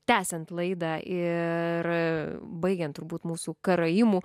tęsiant laidą ir baigiant turbūt mūsų karaimų